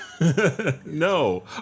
No